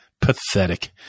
Pathetic